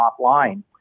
offline